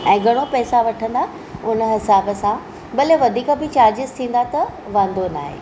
ऐं घणो पैसा वठंदा उन हिसाब सां भले वधीक बि चार्जिस थींदा त वांदो न आहे